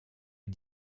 est